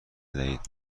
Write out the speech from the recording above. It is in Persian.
دهید